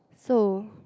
so